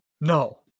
No